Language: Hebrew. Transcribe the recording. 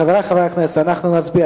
חברי חברי הכנסת, אנחנו נצביע.